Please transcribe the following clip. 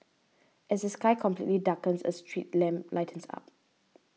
as the sky completely darkens a street lamp lights up